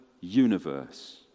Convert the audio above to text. universe